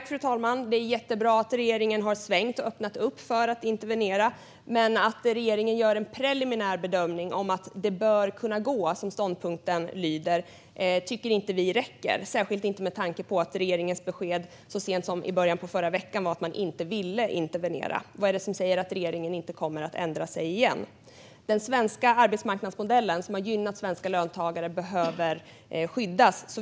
Fru talman! Det är jättebra att regeringen har svängt och öppnat upp för att intervenera, men vi tycker inte att det räcker att regeringen gör en preliminär bedömning att det bör kunna gå, som ståndpunkten lyder - särskilt inte med tanke på att regeringens besked så sent som i början av förra veckan var att man inte ville intervenera. Vad är det som säger att regeringen inte kommer att ändra sig igen? Den svenska arbetsmarknadsmodellen, som har gynnat svenska löntagare, behöver skyddas.